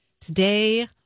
Today